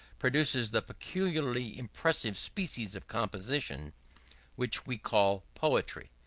produces the peculiarly impressive species of composition which we call poetry.